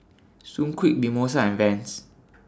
Sunquick Mimosa and Vans